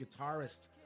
guitarist